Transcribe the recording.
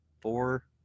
four